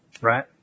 right